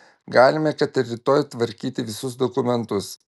galime kad ir rytoj tvarkyti visus dokumentus